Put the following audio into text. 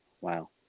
Wow